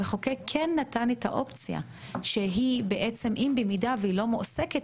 המחוקק כן נתן את האופציה שאם היא מועסקת